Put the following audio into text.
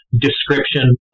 description